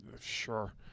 Sure